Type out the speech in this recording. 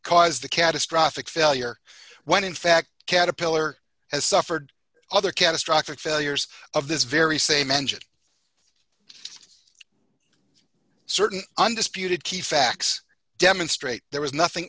caused a catastrophic failure when in fact caterpillar has suffered other catastrophic failures of this very same engine certain undisputed key facts demonstrate there was nothing